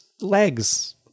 legs